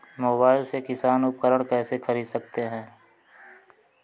Mobile से किसान उपकरण कैसे ख़रीद सकते है?